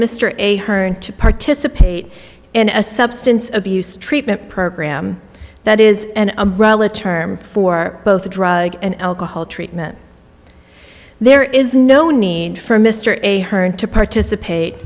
mr a her and to participate in a substance abuse treatment program that is an umbrella term for both a drug and alcohol treatment there is no need for mr a heard to participate